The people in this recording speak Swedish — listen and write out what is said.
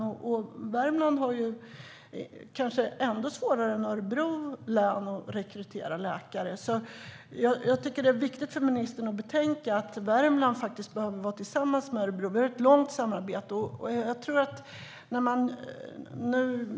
Men Värmland har kanske ännu svårare än Örebro län att rekrytera läkare, så jag tycker att det är viktigt för ministern att betänka att Värmland faktiskt behöver vara tillsammans med Örebro. Vi har ett långt samarbete.